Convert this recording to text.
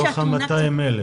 מתוך ה-200,000.